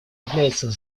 является